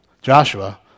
Joshua